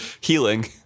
healing